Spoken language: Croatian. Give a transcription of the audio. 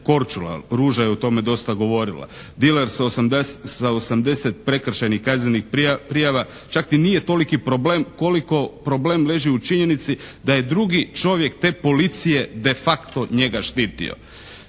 Korčula. Ruža je o tome dosta govorila. Bilač sa 80 prekršajnih kaznenih prijava čak i nije toliki problem koliko problem leži u činjenici da je drugi čovjek te policije de facto njega štitio.